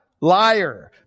Liar